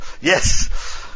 Yes